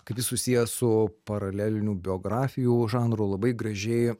kaip jis susijęs su paralelinių biografijų žanru labai gražiai